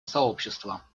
сообщества